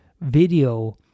video